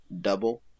double